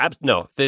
no